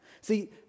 See